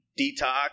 detox